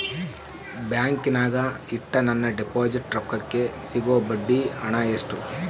ಬ್ಯಾಂಕಿನಾಗ ಇಟ್ಟ ನನ್ನ ಡಿಪಾಸಿಟ್ ರೊಕ್ಕಕ್ಕೆ ಸಿಗೋ ಬಡ್ಡಿ ಹಣ ಎಷ್ಟು?